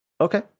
Okay